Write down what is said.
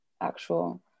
actual